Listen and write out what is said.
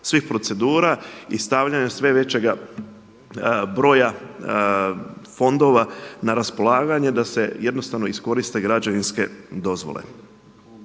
svih procedura i stavljanje sve većega broja fondova na raspolaganje da se jednostavno iskoriste građevinske dozvole.